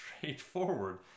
straightforward